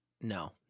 No